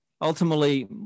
ultimately